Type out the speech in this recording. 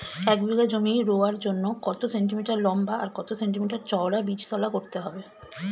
এক বিঘা জমি রোয়ার জন্য কত সেন্টিমিটার লম্বা আর কত সেন্টিমিটার চওড়া বীজতলা করতে হবে?